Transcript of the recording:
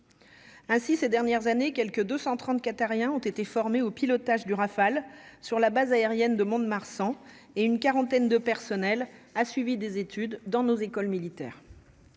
ainsi ces dernières années, quelque 230 qatariens ont été formés au pilotage du Rafale sur la base aérienne de Mont-de-Marsan et une quarantaine de personnel a suivi des études dans nos écoles militaires.